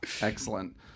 Excellent